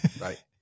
Right